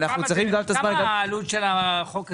כמה העלות של החוק הזה?